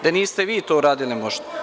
Da niste vi to uradili možda?